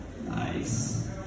Nice